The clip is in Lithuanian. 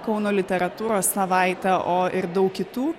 kauno literatūros savaitė o ir daug kitų